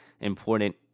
important